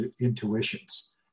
intuitions